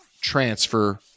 transfer